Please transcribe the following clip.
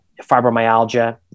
fibromyalgia